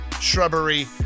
shrubbery